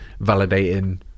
validating